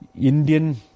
Indian